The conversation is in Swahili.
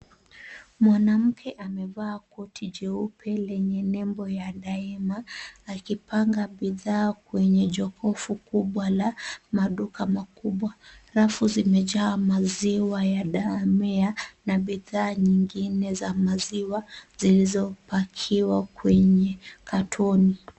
Mwanamke amevaa koti jeupe lenye nembo ya daima, akipanga bidhaa kwenye jokofu kubwa la maduka makubwa. Rafu zimejaa maziwa ya Delamere na bidhaa nyingine za maziwa zilizopackiwa kwenye katoni.